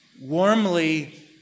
warmly